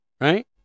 Right